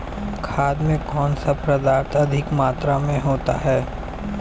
खाद में कौन सा पदार्थ अधिक मात्रा में होता है?